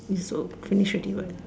is also finish already what